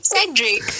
Cedric